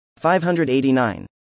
589